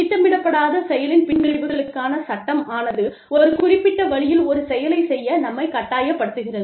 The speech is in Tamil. திட்டமிடப்படாத செயலின் பின்விளைவுகளுக்கான சட்டம் ஆனது ஒரு குறிப்பிட்ட வழியில் ஒரு செயலை செய்ய நம்மைக் கட்டாயப்படுத்துகிறது